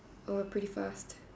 oh we're pretty fast